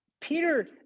peter